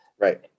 Right